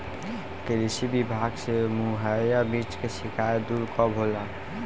कृषि विभाग से मुहैया बीज के शिकायत दुर कब होला?